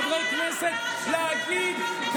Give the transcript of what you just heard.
הקפיצה על שולחנות,